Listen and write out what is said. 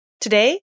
Today